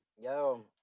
Yo